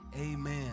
Amen